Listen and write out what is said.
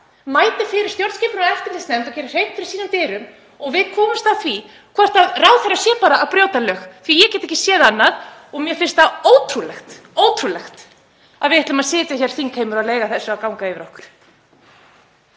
mæti fyrir stjórnskipunar- og eftirlitsnefnd og geri hreint fyrir sínum dyrum og við komumst að því hvort ráðherra sé að brjóta lög. Ég get ekki séð annað og mér finnst það ótrúlegt að við ætlum að sitja hér, þingheimur, og leyfa þessu að ganga yfir okkur.